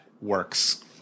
works